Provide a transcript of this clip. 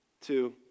Two